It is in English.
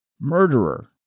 murderer